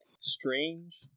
strange